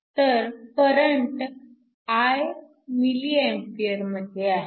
तर current I mA मध्ये आहे